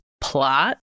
plot